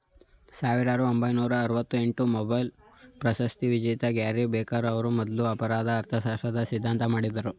ಸಾವಿರದ ಒಂಬೈನೂರ ಆರವತ್ತಎಂಟು ಮೊಬೈಲ್ ಪ್ರಶಸ್ತಿವಿಜೇತ ಗ್ಯಾರಿ ಬೆಕರ್ ಅವ್ರು ಮೊದ್ಲು ಅಪರಾಧ ಅರ್ಥಶಾಸ್ತ್ರ ಸಿದ್ಧಾಂತ ಮಾಡಿದ್ರು